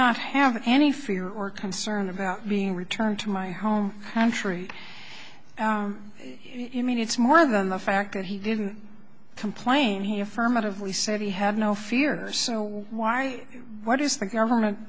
not have any fear or concern about being returned to my home country i mean it's more than the fact that he didn't complain he affirmatively said he had no fear so why what is the government